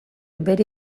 bere